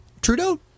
Trudeau